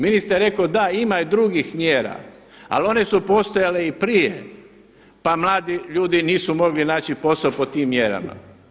Ministar je rekao, da ima i drugih mjera, ali one su postojale i prije pa mladi ljudi nisu mogli naći posao po tim mjerama.